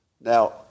Now